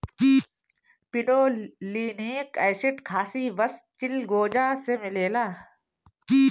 pinolenic acid खासी बस चिलगोजा से मिलेला